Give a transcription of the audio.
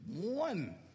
one